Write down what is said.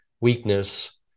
weakness